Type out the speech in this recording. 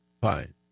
fine